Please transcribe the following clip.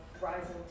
rising